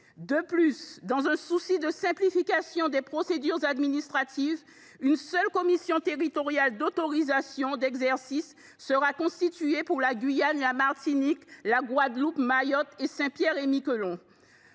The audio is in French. De plus, dans un souci de simplification des procédures administratives, une seule commission territoriale d’autorisation d’exercice serait constituée pour la Guyane, la Martinique, la Guadeloupe, Mayotte et Saint Pierre et Miquelon.